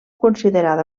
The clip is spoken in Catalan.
considerada